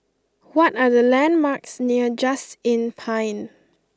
what are the landmarks near Just Inn Pine